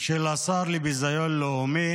תישאר מקום שני,